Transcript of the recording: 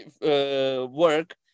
work